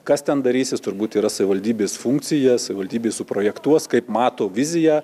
kas ten darysis turbūt yra savivaldybės funkcija savivaldybė jį suprojektuos kaip mato viziją